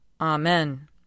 Amen